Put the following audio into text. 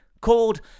Called